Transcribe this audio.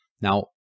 Now